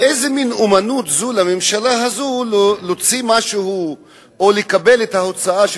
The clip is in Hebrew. ואיזה מין אמנות זו של הממשלה הזאת להוציא משהו או לקבל את ההוצאה של